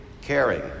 caring